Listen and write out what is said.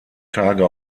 tage